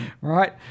right